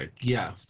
Yes